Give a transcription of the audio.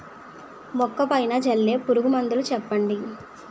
మొక్క పైన చల్లే పురుగు మందులు చెప్పండి?